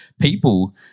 people